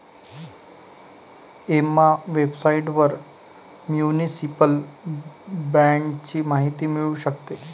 Emma वेबसाइटवर municipal बाँडची माहिती मिळू शकते